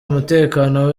umutekano